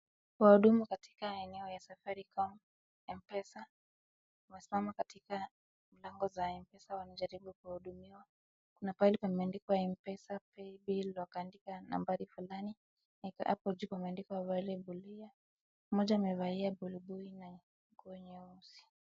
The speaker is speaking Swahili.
Wahudumu katika eneo ya Safaricom, Mpesa, wamesimama katika mlango za mpesa wanajaribu kuhudumiwa na pahali pameandikwa mpesa paybill wakaandika nambari fulani hapo juu kumeandikwa valuable year mmoja amevalia buibui na nguo nyeusi.